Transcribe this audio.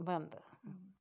बंद